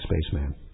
Spaceman